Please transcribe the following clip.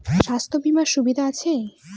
স্বাস্থ্য বিমার সুবিধা আছে?